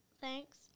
Thanks